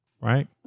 Right